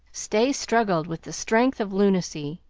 stay struggled with the strength of lunacy,